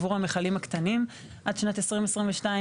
עבור המכלים הקטנים עד שנת 2022,